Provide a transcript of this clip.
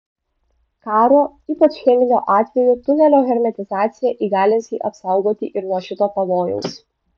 karo ypač cheminio atveju tunelio hermetizacija įgalins jį apsaugoti ir nuo šito pavojaus